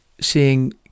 seeing